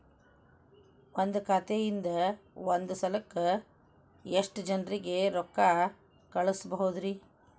ಒಂದ್ ಖಾತೆಯಿಂದ, ಒಂದ್ ಸಲಕ್ಕ ಎಷ್ಟ ಜನರಿಗೆ ರೊಕ್ಕ ಕಳಸಬಹುದ್ರಿ?